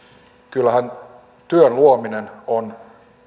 kyllähän työn luominen on